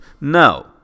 No